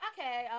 Okay